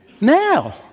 now